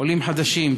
עולים חדשים,